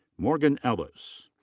morgan ellis.